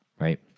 Right